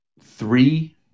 three